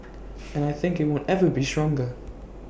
and I think IT won't ever be stronger